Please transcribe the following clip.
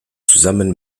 zusammen